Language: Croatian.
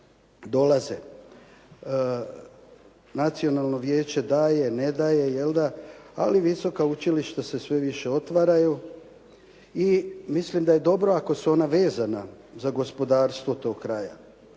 dolaze. Nacionalno vijeće daje, ne daje, jel' da. Ali visoka učilišta se sve više otvaraju i mislim da je dobro ako su ona vezana za gospodarstvo tog kraja.